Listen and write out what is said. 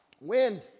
wind